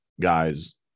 guys